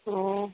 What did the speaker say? ꯑꯣ